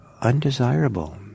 undesirable